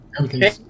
Okay